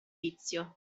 vizio